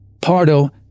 Pardo